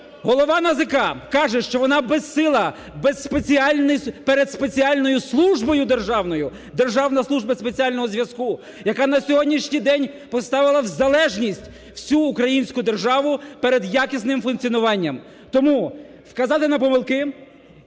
голова НАЗК каже, що вона безсила перед спеціальною службою державною: Державна служба спеціального зв'язку, - яка на сьогоднішній день поставила в залежність всю українську державу перед якісним функціонуванням. Тому вказати на помилки.